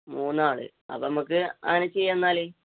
മൂന്നാള് അപ്പോള് നമുക്കങ്ങനെ ചെയ്യാം എന്നാല്